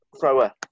Thrower